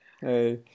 hey